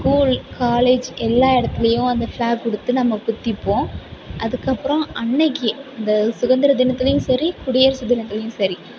school college எல்லா இடத்துலயும் அந்த ஃபிளாக் கொடுத்து நம்ம குத்திப்போம் அதுக்கப்புறம் அன்னக்கு இந்த சுகந்திர தினத்துலையும் சரி குடியரசு தினத்துலையும் சரி